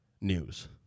news